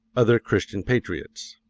other christian patriots.